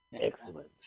Excellent